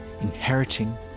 inheriting